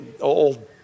old